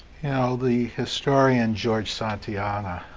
ah the historian, george santayana,